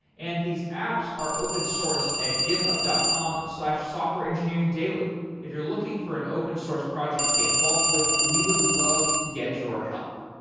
and these apps are open sourced at github dot com slash softwareengineeringdaily. if you're looking an open source project to get involved with, we would love to get your help.